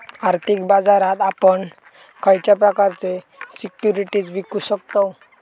आर्थिक बाजारात आपण खयच्या प्रकारचे सिक्युरिटीज विकु शकतव?